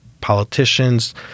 politicians